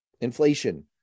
inflation